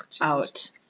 out